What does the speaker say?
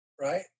right